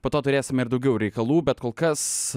po to turėsime ir daugiau reikalų bet kol kas